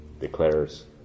declares